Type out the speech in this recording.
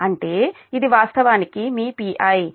అంటే ఇది వాస్తవానికి మీ Pi వాస్తవానికి 0